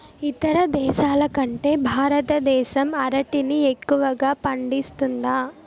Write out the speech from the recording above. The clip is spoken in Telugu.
ఇతర దేశాల కంటే భారతదేశం అరటిని ఎక్కువగా పండిస్తుంది